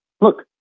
look